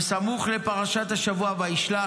וסמוך לפרשת השבוע וישלח,